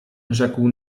rzekł